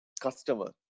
customer